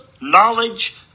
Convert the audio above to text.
knowledge